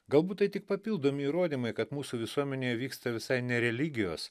galbūt tai tik papildomi įrodymai kad mūsų visuomenėj vyksta visai ne religijos